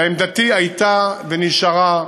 ועמדתי הייתה ונשארה,